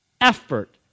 effort